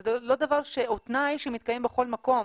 זה לא דבר או תנאי שמתקיים בכל מקום.